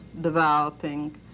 developing